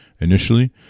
Initially